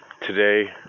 today